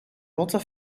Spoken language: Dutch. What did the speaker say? rotte